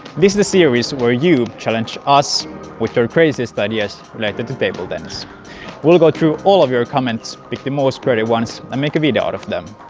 this is the series where you challenge us with your craziest ideas related to table tennis. we will go through all of your comments, pick the most creative ones and make a video out of them.